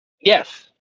Yes